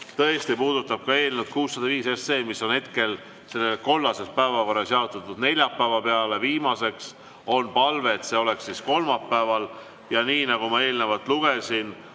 tõesti puudutab ka eelnõu 605, mis on hetkel selles kollases päevakorras pandud neljapäeva peale viimaseks punktiks. On palve, et see oleks kolmapäeval. Ja nii nagu ma eelnevalt ette lugesin,